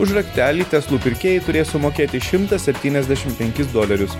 už raktelį teslų pirkėjai turės sumokėti šimtą septyniasdešim penkis dolerius